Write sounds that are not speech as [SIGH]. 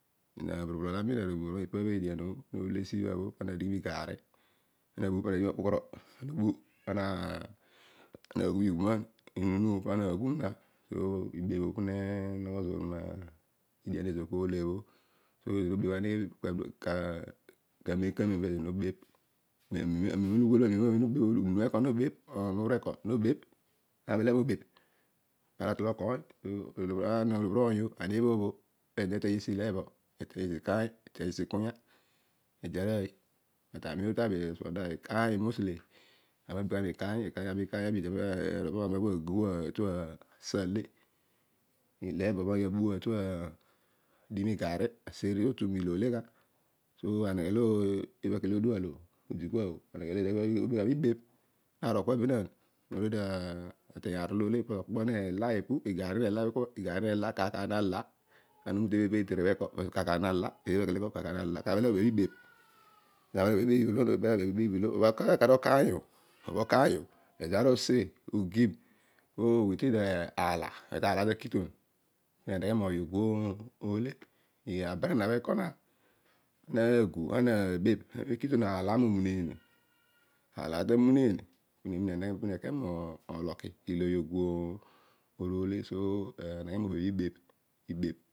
Ara abrubolol ami. ipa pedian o no oleiy siibha. ana dighi pa na ghum okpukoro akpo. anaghun ighuruaan. onunuo panaghum gha. so ibebh o pune noghoi zoor median le zoor kolebho [UNINTELLIGIBLE] kamem pezo ezor nobebh. arunu o eko nobebh. onuur eko punobebh ana uhele mobebh pana tatol okoiy. Ana olobhir oiy o. aniobhoob o. pezo nekein esi leebo. ede esi ikaiy. ede ikunya ede aroiy [UNINTELLIGIBLE] but ootani. ami na bebhgha mikaiy mikaya. ikaiy pami naki agu atu asai ale. ileebo pami naki abu adighi migarri aseeri totu mi ilo olegha. so ebhakele odualo aneghe lo ezira kobeebhogh aribebh. Ana arol kua benaan ana oruechio ateiy aar lole. igarri nela epu. kaar kaar nala [UNINTELLIGIBLE] obho okaiy o ezobho ana usi ugim. within aala. ezobho aala bho akitou. punaneghe moghi ogu ole. Abanana bho ekana. anabebh. aala naaniuneen [UNINTELLIGIBLE] pu neke mologh. Aneghe mobabh ibebh